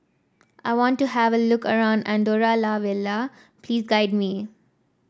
I want to have a look around Andorra La Vella please guide me